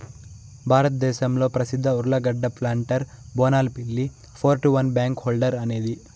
భారతదేశంలో ప్రసిద్ధ ఉర్లగడ్డ ప్లాంటర్ బోనాల్ పిల్లి four two one backhoe loader అనేది